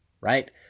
right